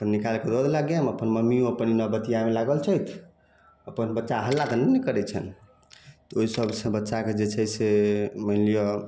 अपन निकालि कऽ दऽ देलक गेम अपन मम्मी अपन बतियाएमे लागल छथि अपन बच्चा हल्ला तऽ नहि ने करै छनि तऽ ओहि सबसे बच्चाके जे छै से मानि लिअ